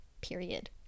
period